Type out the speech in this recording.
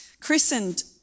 christened